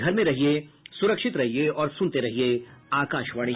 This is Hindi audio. घर में रहिये सुरक्षित रहिये और सुनते रहिये आकाशवाणी